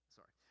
Sorry